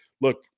look